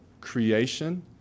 creation